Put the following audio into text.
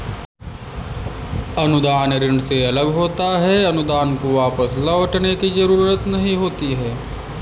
अनुदान ऋण से अलग होता है अनुदान को वापस लौटने की जरुरत नहीं होती है